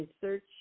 search